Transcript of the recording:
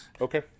Okay